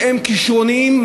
שהם כישרוניים,